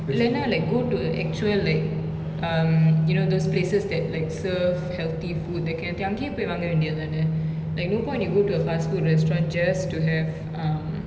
இல்லனா:illanaa like go to a actual like um you know those places that like serve healthy food that kind of thing அங்கயே போய் வாங்க வேண்டியதுதான:angaye poai vaanga vendiyathuthaana like no point you go to a fast food restaurant just to have um